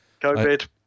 COVID